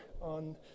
on